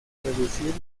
reducir